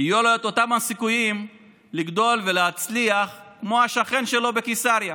יהיו לו את אותם הסיכויים לגדול ולהצליח כמו השכן שלו בקיסריה.